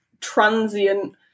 transient